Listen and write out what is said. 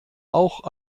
auch